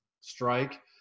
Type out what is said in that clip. strike